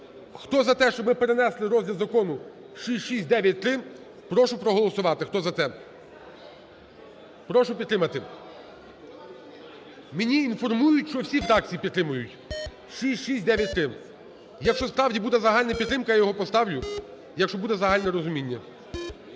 Хто за те, щоб перенести розгляд Закону 6693прошу проголосувати хто за це. Прошу підтримати. Мене інформують, що всі фракції підтримують. 6693. Якщо справді буде загальна підтримка, я його поставлю, якщо буде загальне розуміння.